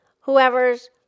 whoever's